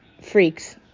freaks